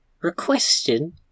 requesting